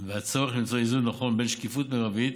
והצורך למצוא איזון נכון בין שקיפות מרבית